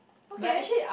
okay